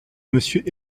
monsieur